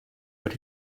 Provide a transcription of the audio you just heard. but